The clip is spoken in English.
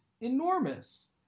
enormous